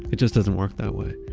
it just doesn't work that way.